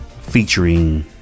featuring